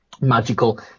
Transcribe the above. magical